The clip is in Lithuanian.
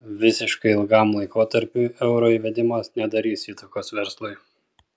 visiškai ilgam laikotarpiui euro įvedimas nedarys įtakos verslui